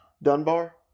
Dunbar